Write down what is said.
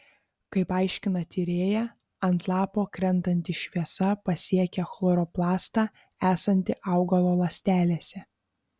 kaip aiškina tyrėja ant lapo krentanti šviesa pasiekia chloroplastą esantį augalo ląstelėse